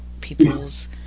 people's